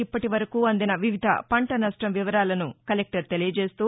ఇప్పటివరకు అందిన వివిధ పంటనష్టం వివరాలను ఆయన తెలియచేస్తూ